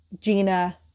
Gina